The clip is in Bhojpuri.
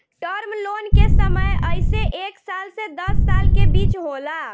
टर्म लोन के समय अइसे एक साल से दस साल के बीच होला